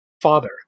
father